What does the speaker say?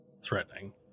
threatening